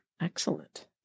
Excellent